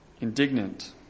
indignant